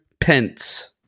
pence